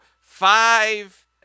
five